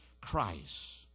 Christ